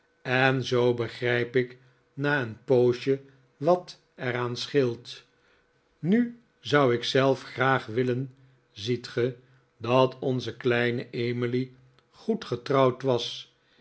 en zpo begrijp ik na een poosje wat er aan scheelt nu zou ik zelf graag willen ziet ge dat onze kleine emily goed getrouwd was